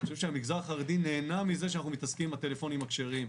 אני חושב שהמגזר החרדי נהנה מזה שאנחנו מתעסקים עם הטלפונים הכשרים.